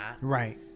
right